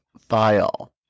file